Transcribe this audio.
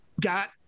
got